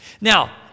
Now